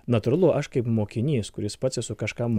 natūralu aš kaip mokinys kuris pats esu kažkam